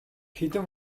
хэдэн